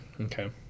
Okay